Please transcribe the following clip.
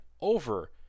over